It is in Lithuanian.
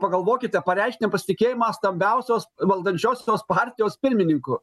pagalvokite pareikšti nepasitikėjimą stambiausios valdančiosios partijos pirmininku